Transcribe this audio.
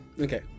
okay